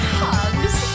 hugs